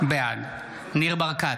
בעד ניר ברקת,